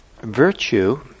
Virtue